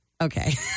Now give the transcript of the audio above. Okay